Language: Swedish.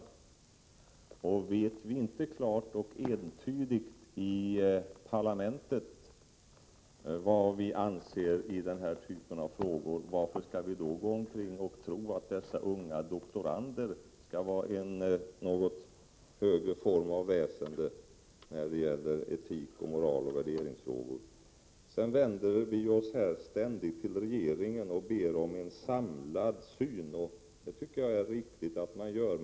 Vet vi inte i parlamentet klart och entydigt vad vi anser i den här typen av frågor, varför skall vi då gå omkring och tro att dessa unga doktorander skall vara något slags högre väsen när det gäller etik, moral och värderingsfrågor? Vi vänder oss här ständigt till regeringen och ber om en samlad syn, och jag tycker att det är riktigt att man gör det.